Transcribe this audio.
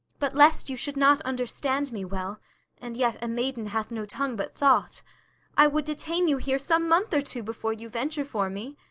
but lest you should not understand me well and yet a maiden hath no tongue but thought i would detain you here some month or two before you venture for me.